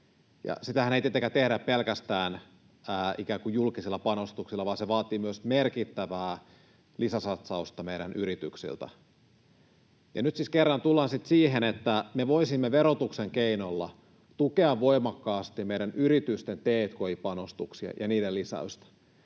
sitähän ei tietenkään tehdä pelkästään ikään kuin julkisilla panostuksilla, vaan se vaatii myös merkittävää lisäsatsausta meidän yrityksiltä. Nyt siis jälleen kerran tullaan siihen, että me voisimme verotuksen keinoilla tukea voimakkaasti meidän yritysten t&k&i-panostuksia ja niiden lisäystä.